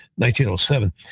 1907